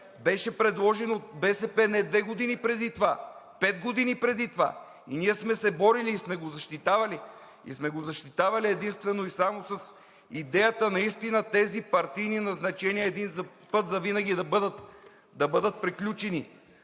беше предложен от БСП не две години преди това – пет години преди това. И ние сме се борили и сме го защитавали единствено и само с идеята наистина тези партийни назначения един път завинаги да бъдат приключени.